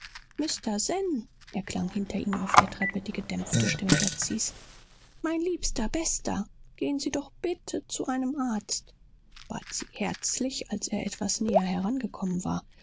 mr zen erklang hinter ihm auf der treppe die gedämpfte stimme betsys mein liebster bester gehen sie doch bitte zu einem arzt bat sie herzlich als er etwas näher herangekommen war